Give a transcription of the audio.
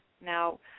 Now